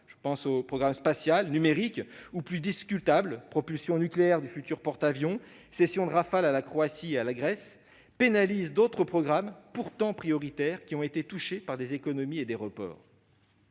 spatial et programme numérique -ou plus discutables- propulsion nucléaire du futur porte-avions et cession de Rafale à la Croatie et la Grèce -pénalise d'autres programmes pourtant prioritaires, affectés par des économies et des reports.